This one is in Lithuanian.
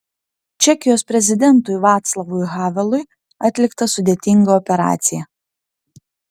čekijos prezidentui vaclavui havelui atlikta sudėtinga operacija